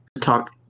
talk